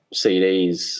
CDs